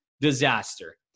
disaster